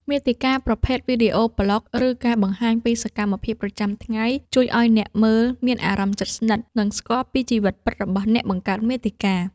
មាតិកាប្រភេទ វីដេអូប្លុក ឬការបង្ហាញពីសកម្មភាពប្រចាំថ្ងៃ ជួយឱ្យអ្នកមើលមានអារម្មណ៍ជិតស្និទ្ធ និងស្គាល់ពីជីវិតពិតរបស់អ្នកបង្កើតមាតិកា។